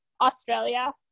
Australia